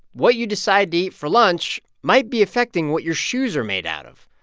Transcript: what you decide to eat for lunch might be affecting what your shoes are made out of.